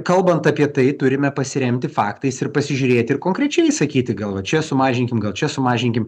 kalbant apie tai turime pasiremti faktais ir pasižiūrėti ir konkrečiai sakyti gal va čia sumažinkim gal čia sumažinkim